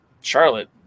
Charlotte